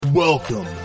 Welcome